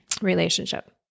relationship